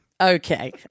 Okay